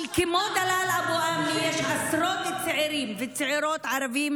אבל כמו דלאל אבו אמנה יש עשרות צעירים וצעירות ערבים